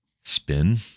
spin